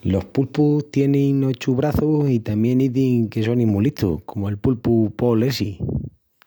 Los pulpus tienin ochu braçus i tamién izin que sonin mu listus, comu’l pulpu Paul essi.